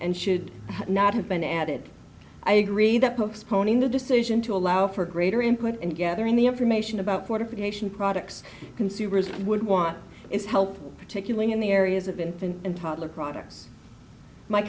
and should not have been added i agree that books ponying the decision to allow for greater input and gathering the information about fortification products consumers would want is help particularly in the areas of infant and toddler products my